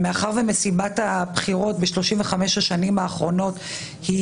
ומאחר ומשימת הבחירות ב-35 השנים האחרונות היא